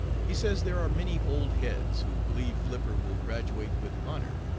he says there are many old heads who believe flipper will graduate with honor,